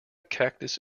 cactus